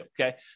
okay